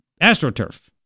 AstroTurf